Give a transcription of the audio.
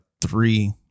three